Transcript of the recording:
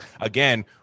again